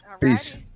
Peace